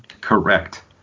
Correct